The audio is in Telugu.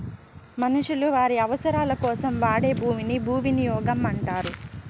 మనుషులు వారి అవసరాలకోసం వాడే భూమిని భూవినియోగం అంటారు